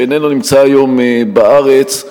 שלא נמצא היום בארץ,